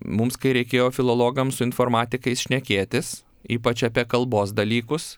mums kai reikėjo filologams su informatikais šnekėtis ypač apie kalbos dalykus